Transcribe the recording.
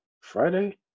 Friday